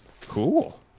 Cool